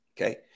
Okay